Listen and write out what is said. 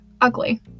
ugly